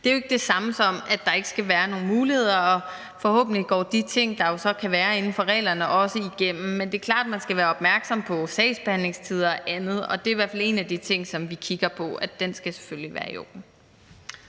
Det er jo ikke det samme som, at der ikke skal være nogle muligheder, og forhåbentlig går de ting, der jo så kan være inden for reglerne, også igennem. Men det er klart, at man skal være opmærksom på sagsbehandlingstider og andet, og det er i hvert fald en af de ting, som vi kigger på, nemlig at det selvfølgelig skal være i orden.